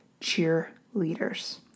cheerleaders